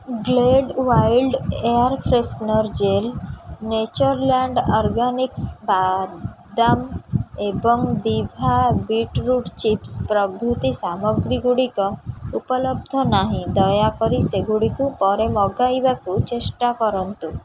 Glade wild air freshener gel Natureland organics ବାଦାମ ଏବଂ ଦିଭା ବିଟ୍ ରୁଟ୍ ଚିପ୍ସ୍ ପ୍ରଭୃତି ସାମଗ୍ରୀଗୁଡ଼ିକ ଉପଲବ୍ଧ ନାହିଁ ଦୟାକରି ସେଗୁଡ଼ିକୁ ପରେ ମଗାଇବାକୁ ଚେଷ୍ଟା କରନ୍ତୁ